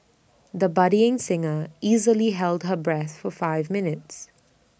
the budding singer easily held her breath for five minutes